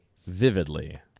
vividly